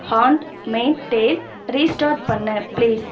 hand made tale restart பண்ணு please